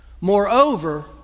Moreover